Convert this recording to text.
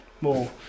more